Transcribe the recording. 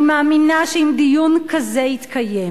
אני מאמינה שאם דיון כזה יתקיים,